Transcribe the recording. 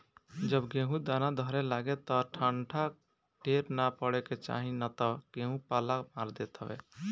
जब गेहूँ दाना धरे लागे तब ठंडा ढेर ना पड़े के चाही ना तऽ गेंहू पाला मार देत हवे